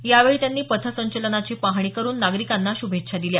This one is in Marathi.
यावेळी त्यांनी पथसंचलनाची पाहणी करुन नागरीकांना शुभेच्छा दिल्या